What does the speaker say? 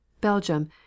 Belgium